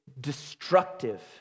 destructive